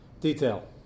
detail